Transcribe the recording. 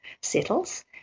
settles